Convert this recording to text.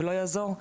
ולא יעזור,